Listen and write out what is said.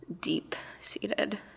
deep-seated